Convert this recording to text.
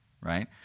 right